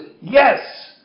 yes